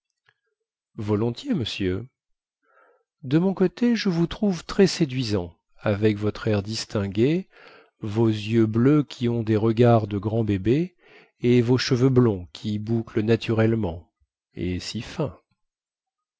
volontiers monsieur de mon côté je vous trouve très séduisant avec votre air distingué vos yeux bleus qui ont des regards de grand bébé et vos cheveux blonds qui bouclent naturellement et si fins